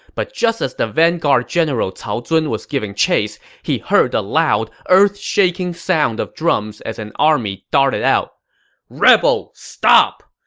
but just as the vanguard general cao zun was giving chase, he heard the loud, earthshaking sound of drums as an army darted out rebel, stop!